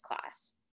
class